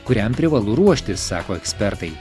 kuriam privalu ruoštis sako ekspertai